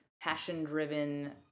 passion-driven